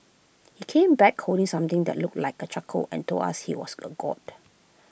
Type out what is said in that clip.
he came back holding something that looked like A charcoal and told us he was A God